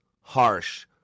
harsh